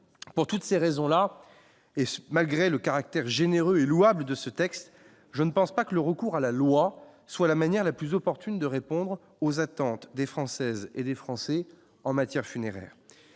pour toutes ces raisons-là, et ce malgré le caractère généreux et louable de ce texte, je ne pense pas que le recours à la loi, soit la manière la plus opportune de répondre aux attentes des Françaises et des Français en matière funéraire,